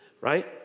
right